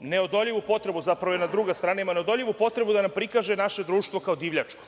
neodoljivu potrebu, zapravo jedna druga strana ima neodoljivu potrebu da nam prikaže naše društvo kao divljačko